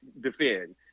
defend